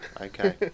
okay